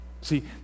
See